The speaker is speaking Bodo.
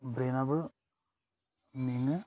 ब्रेनाबो मेङो